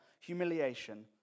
humiliation